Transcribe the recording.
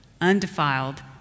undefiled